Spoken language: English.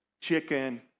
chicken